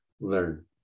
learn